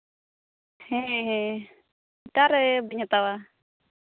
ᱦᱮᱸ ᱚᱠᱟ ᱨᱮᱫᱚᱧ ᱦᱟᱛᱟᱣᱟ